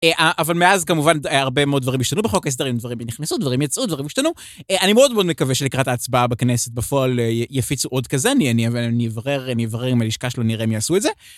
אבל מאז, כמובן, הרבה מאוד דברים השתנו בחוק ההסדרים, דברים נכנסו, דברים יצאו, דברים השתנו. אני מאוד מאוד מקווה שלקראת ההצבעה בכנסת בפועל יפיצו עוד כזה, אבל אני אברר עם הלשכה שלו, נראה אם יעשו את זה.